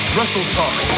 WrestleTalk